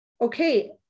okay